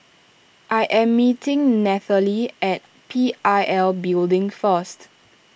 I am meeting Nathaly at P I L Building first